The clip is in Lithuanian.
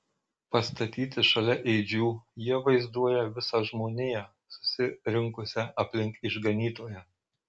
pastatyti šalia ėdžių jie vaizduoja visą žmoniją susirinkusią aplink išganytoją